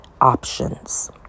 options